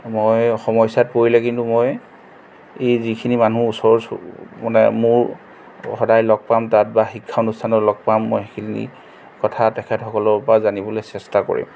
মই সমস্যাত পৰিলে কিন্তু মই এই যিখিনি মানুহ ওচৰ মানে মোৰ সদায় লগ পাম তাত বা শিক্ষা অনুষ্ঠানত লগ পাম মই সেইখিনি কথা তেখেতসকলৰ পৰা জানিবলৈ চেষ্টা কৰিম